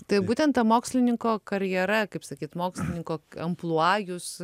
tai būtent ta mokslininko karjera kaip sakyt mokslininko amplua jus